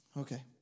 Okay